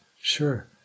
sure